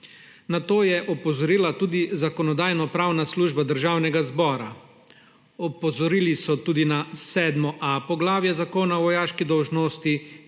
Na to je opozorila tudi Zakonodajno-pravna služba Državnega zbora. Opozorili so tudi na VII.a poglavje Zakona o vojaški dolžnosti,